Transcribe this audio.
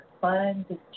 fun